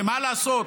ומה לעשות,